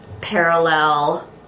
parallel